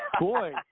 Boy